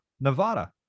Nevada